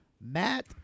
Matt